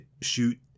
shoot